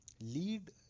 lead